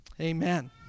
Amen